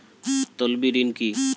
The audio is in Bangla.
তলবি ঋণ কি?